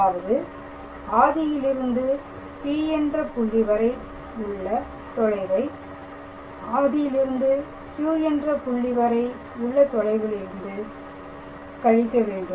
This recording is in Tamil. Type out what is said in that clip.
அதாவது ஆதியிலிருந்து P என்ற புள்ளி வரை உள்ள தொலைவை ஆதியிலிருந்து Q என்ற புள்ளி வரை உள்ள தொலைவிலிருந்து கழிக்கவேண்டும்